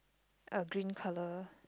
a green colour